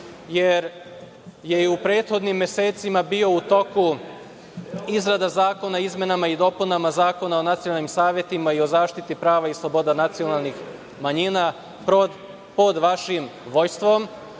jer je i u prethodnim mesecima bila u toku izrada zakona o izmenama i dopunama Zakona o nacionalnim savetima i o zaštiti prava i sloboda nacionalnih manjina pod vašim vođstvom.